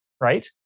right